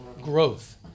growth